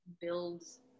builds